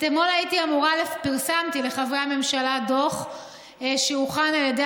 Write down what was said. אתמול פרסמתי לחברי הממשלה דוח שהוכן על ידי